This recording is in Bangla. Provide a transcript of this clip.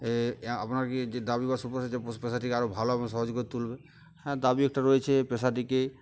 এ আপনাকে যে দাবি বা যে পেশাটিকে আরও ভালোভাবে সহজ করে তুলবে হ্যাঁ দাবি একটা রয়েছে পেশাটিকে